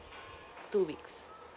two weeks